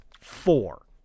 four